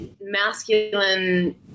masculine